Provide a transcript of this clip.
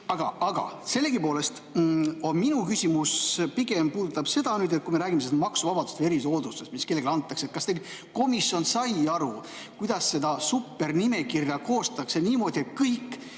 Aga sellegipoolest minu küsimus pigem puudutab seda, et kui me räägime maksuvabastusest või erisoodustusest, mis kellelegi antakse, kas teil komisjon sai aru, kuidas seda supernimekirja koostatakse niimoodi, et kõik